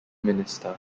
minister